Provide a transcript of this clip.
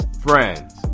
friends